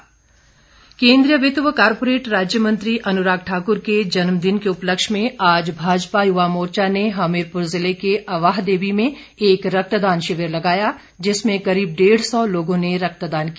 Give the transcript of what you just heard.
रक्तदान केंद्रीय वित्त व कोरपोरेट राज्य मंत्री अनुराग ठाकर के जन्मदिन के उपलक्ष्य में आज भाजपा युवा मोर्चा ने हमीरपुर जिले के अवाहदेवी में एक रक्तदान शिविर लगाया जिसमें करीब डेढ़ सौ लोगों ने रक्तदान किया